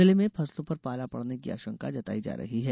जिले में फसलों पर पाला पड़ने की आशंका जताई जा रही है